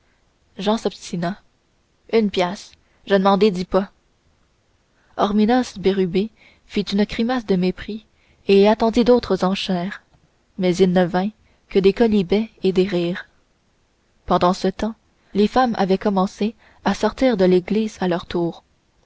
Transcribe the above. jean s'obstina une piastre je ne m'en dédis pas hormidas bérubé fit une grimace de mépris et attendit d'autres enchères mais il ne vint que des quolibets et des rires pendant ce temps les femmes avaient commencé à sortir de l'église à leur tour